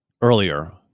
earlier